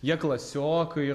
jie klasiokai